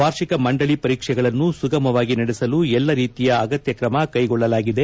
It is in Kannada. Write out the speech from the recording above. ವಾರ್ಷಿಕ ಮಂಡಳಿ ಪರೀಕ್ಷೆಗಳನ್ನು ಸುಗಮವಾಗಿ ನಡೆಸಲು ಎಲ್ಲ ರೀತಿಯ ಅಗತ್ಯ ಕ್ರಮ ಕೈಗೊಳ್ಳಲಾಗಿದೆ